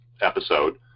episode